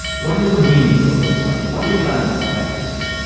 what is the meaning of the lord's supper? what is going on at baptism?